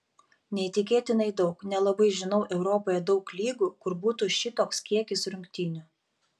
neįtikėtinai daug nelabai žinau europoje daug lygų kur būtų šitoks kiekis rungtynių